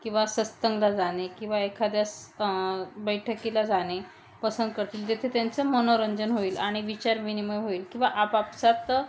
किंवा सत्संगाला जाणे किंवा एखाद्या स् बैठकीला जाणे पसंत करतील जेथे त्यांचं मनोरंजन होईल आणि विचारविनिमय होईल किंवा आपापसात